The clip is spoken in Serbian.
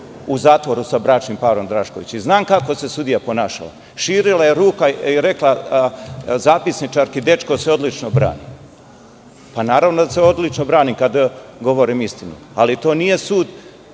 u zatvoru sa bračnim parom Drašković i znam kako se sudija ponašala. Širila je ruke i rekla zapisničarki – dečko se odlično brani. Naravno da se odlično branim kada govorim istinu, ali to nije omelo